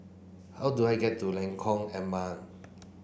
how do I get to Lengkong Enam